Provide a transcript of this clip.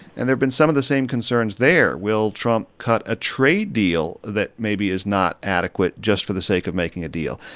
and there've been some of the same concerns there. will trump cut a trade deal that maybe is not adequate just for the sake of making a deal?